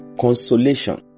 consolation